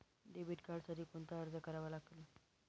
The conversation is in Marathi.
डेबिट कार्डसाठी कोणता अर्ज करावा लागेल?